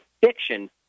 fiction